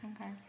Okay